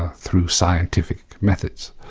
through scientific methods.